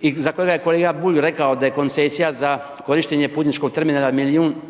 i za kojega je kolega Bulj rekao da je koncesija za korištenje putničkog terminala milijun,